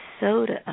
soda